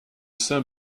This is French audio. saint